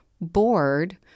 bored